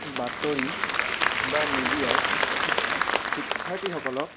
বাতৰি বা মিডিয়াই শিক্ষাৰ্থীসকলক